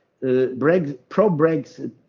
pro-Brexit